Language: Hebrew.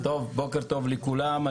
בוקר טוב לכולם,